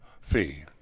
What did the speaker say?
fee